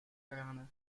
guyana